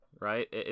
right